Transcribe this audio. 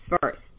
first